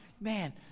Man